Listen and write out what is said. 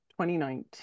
2019